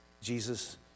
Jesus